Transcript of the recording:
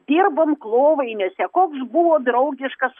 dirbam klovainiuose koks buvo draugiškas